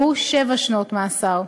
שהוא שבע שנות מאסר.